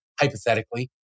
hypothetically